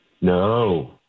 No